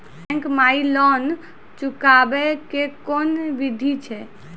Bank माई loan चुकाबे के कोन बिधि छै?